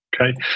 okay